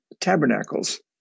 Tabernacles